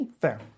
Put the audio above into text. fair